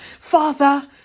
Father